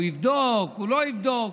שהוא יבדוק או שהוא לא יבדוק.